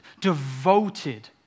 devoted